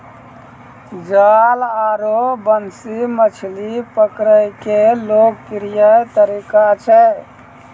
जाल आरो बंसी मछली पकड़ै के लोकप्रिय तरीका छै